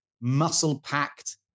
muscle-packed